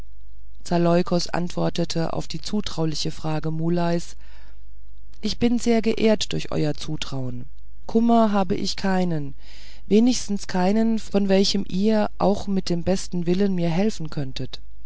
zaleukos antwortete auf die zutrauliche frage muleys ich bin sehr geehrt durch euer zutrauen kummer habe ich keinen wenigstens keinen von welchem ihr auch mit dem besten willen mir helfen könnet